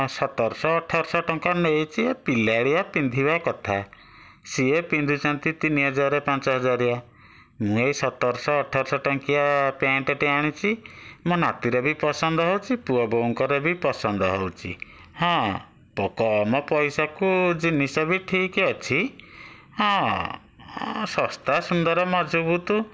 ସତରଶହ ଅଠରଶହ ଟଙ୍କା ନେଇଛି ପିଲାଳିଆ ପିନ୍ଧିବା କଥା ସିଏ ପିନ୍ଧୁଛନ୍ତି ତିନିହଜାର ପାଞ୍ଚହଜାରିଆ ମୁଁ ଏଇ ସତରଶହ ଅଠରଶହ ଟଙ୍କିଆ ପ୍ୟାଣ୍ଟଟେ ଆଣିଛି ମୋ ନାତିର ବି ପସନ୍ଦ ହେଉଛି ପୁଅ ବୋହୁଙ୍କର ବି ପସନ୍ଦ ହେଉଛି ହଁ କମ୍ ପଇସାକୁ ଜିନିଷ ବି ଠିକ୍ ଅଛି ହଁ ଶସ୍ତା ସୁନ୍ଦର ମଜବୁତ